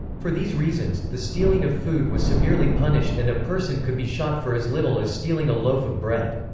for these reasons, the stealing of food was severely punished and a person could be shot for as little as stealing a loaf of bread.